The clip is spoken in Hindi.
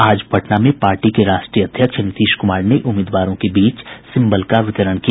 आज पटना में पार्टी के राष्ट्रीय अध्यक्ष नीतीश कुमार ने उम्मीदवारों के बीच सिम्बल का वितरण किया